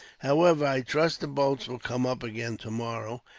however, i trust the boats will come up again tomorrow,